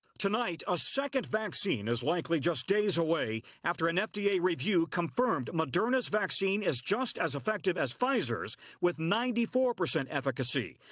tonight a second vaccine is likely just days away after an fda review confirmed moderna's vaccine is just as effective as pfizer's with ninety four percent efficacy.